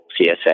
CSA